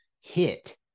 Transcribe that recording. hit